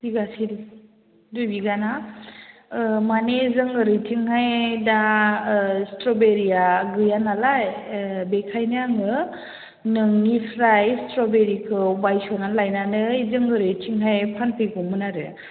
बिघासे दुइ बिघा ना माने जों ओरैथिंहाय दा स्त्र'बेरिया गैया नालाय बेनिखायनो आङो नोंनिफ्राय स्त्र'बेरिखौ बायस'नानै लायनानै जों ओरैथिंजाय फानफैगौमोन आरो